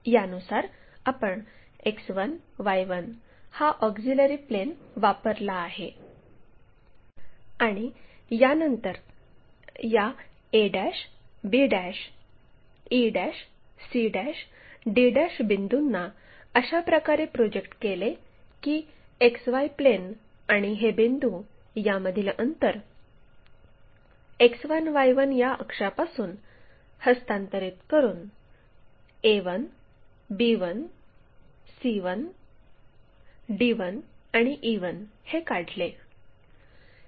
यानुसार आपण X1 Y1 हा ऑक्झिलिअरी प्लेन वापरला आहे आणि नंतर या a b e c d बिंदूंना अशा प्रकारे प्रोजेक्ट केले की XY प्लेन आणि हे बिंदू यामधील अंतर X1 Y1 या अक्षापासून हस्तांतरित करून a1 b1 c1 आणि d1 e1 हे काढले